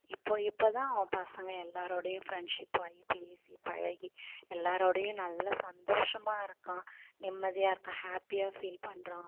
இப்போ இப்ப தான் அவன் பசங்க எல்லாரோடையும் ஃப்ரெண்ட்ஷிப் ஆயி பேசி பழகி எல்லாரோடையும் நல்லா சந்தோஷமாக இருக்கான் நிம்மதியாக இருக்கான் ஹேப்பியாக ஃபீல் பண்ணுறான்